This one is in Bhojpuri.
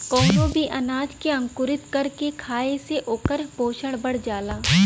कवनो भी अनाज के अंकुरित कर के खाए से ओकर पोषण बढ़ जाला